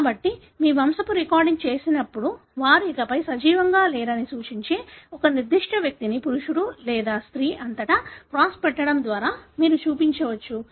కాబట్టి మీరు వంశపు రికార్డింగ్ చేసినప్పుడు వారు ఇకపై సజీవంగా లేరని సూచించే ఒక నిర్దిష్ట వ్యక్తిని పురుషుడు లేదా స్త్రీ అంతటా క్రాస్ పెట్టడం ద్వారా మీరు చూపించవచ్చు